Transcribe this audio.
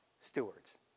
stewards